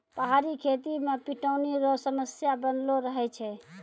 पहाड़ी खेती मे पटौनी रो समस्या बनलो रहै छै